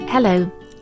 Hello